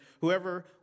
whoever